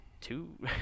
two